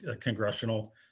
congressional